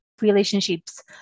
relationships